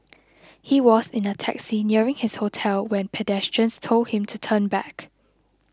he was in a taxi nearing his hotel when pedestrians told him to turn back